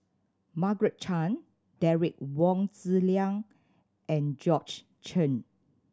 Margaret Chan Derek Wong Zi Liang and Georgette Chen